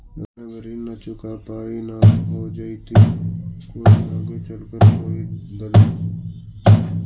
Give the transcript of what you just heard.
अगर ऋण न चुका पाई न का हो जयती, कोई आगे चलकर कोई दिलत हो जयती?